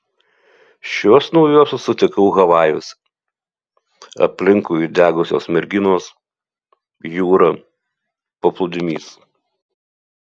šiuos naujuosius sutikau havajuose aplinkui įdegusios merginos jūra paplūdimys